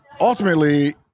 ultimately